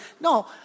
no